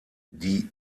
die